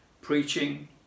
preaching